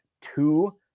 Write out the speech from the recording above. two